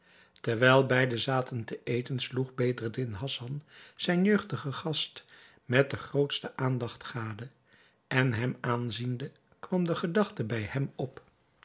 terwijl beide zaten te eten sloeg bedreddin hassan zijn jeugdigen gast met de grootste aandacht gade en hem aanziende kwam de gedachte bij hem op